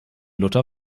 luther